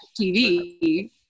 tv